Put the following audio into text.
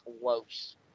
close